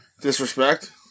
disrespect